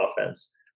offense